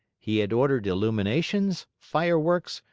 he had ordered illuminations, fireworks,